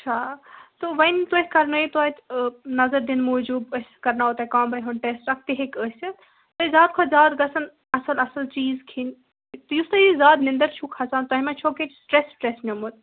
اچھا تہٕ وَۄنۍ تُہۍ کَرنٲیوتوتہِ نظر دِنہٕ موٗجوٗب أسۍ کَرناووتۄہہِ کامباے ہِنٛد ٹِیٚسٹ سُہ اَکھ تہِ ہیٚکہِ ٲستھ بیٚیہِ زیادٕ کھوتہٕ زیادٕ گَژھن اصل اصل چیٖزکِھیٚنۍ یُس تۄہہِ یِہ زیادٕ نِندٕرچھوکھسان تۄہہِ ما چھُ کیٚنٛہہ سِٹرَس وِٹرس نیٚومُت